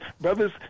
Brothers